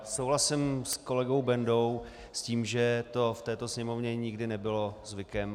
Souhlasím s kolegou Bendou, s tím, že to v této Sněmovně nikdy nebylo zvykem.